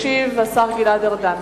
ישיב השר גלעד ארדן.